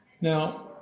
Now